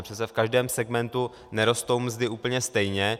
Přece v každém segmentu nerostou mzdy úplně stejně.